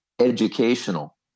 educational